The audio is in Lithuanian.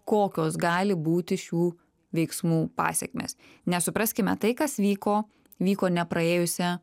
kokios gali būti šių veiksmų pasekmės nes supraskime tai kas vyko vyko nepraėjusią